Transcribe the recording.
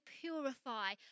purify